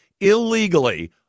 illegally